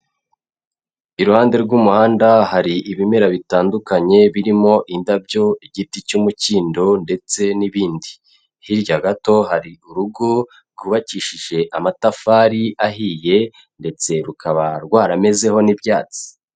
Iruhande rw'umuhanda hari ibimera bitandukanye, birimo indabyo, igiti cy'umukindo ndetse n'ibindi. Hirya gato hari urugo rwubakishije amatafari ahiye ndetse rukaba rwaramezeho n'ibyatsi.